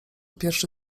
pierwszy